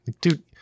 Dude